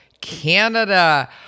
Canada